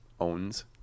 owns